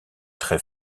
très